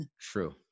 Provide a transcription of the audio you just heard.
true